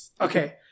Okay